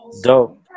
Dope